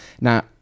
now